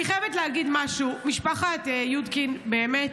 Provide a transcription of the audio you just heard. אני חייבת להגיד משהו: משפחת יודקין, באמת,